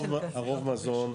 הרוב מזון,